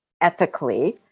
ethically